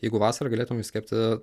jeigu vasara galėtumėm išsikepti